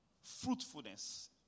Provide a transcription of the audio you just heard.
Fruitfulness